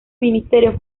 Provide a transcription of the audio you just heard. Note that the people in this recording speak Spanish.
ministerios